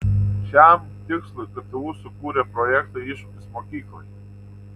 šiam tikslui ktu sukūrė projektą iššūkis mokyklai